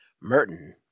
Merton